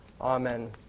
Amen